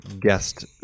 guest